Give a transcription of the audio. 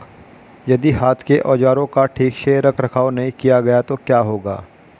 यदि हाथ के औजारों का ठीक से रखरखाव नहीं किया गया तो क्या होगा?